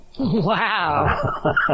Wow